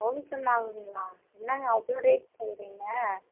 thousand ஆகுங்களா என்னங்க அவ்வளோ ரேட் சொல்கிறீங்க